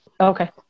Okay